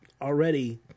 already